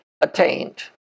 attained